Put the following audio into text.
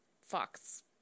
fox